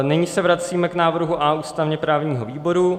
Nyní se vracíme k návrhu A ústavněprávního výboru.